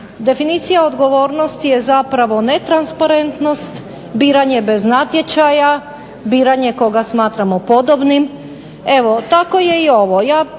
Definicija odgovornosti je zapravo netransparentnost, biranje bez natječaja, biranje koga smatramo podobnim. Evo tako je i ovo,